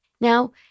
Now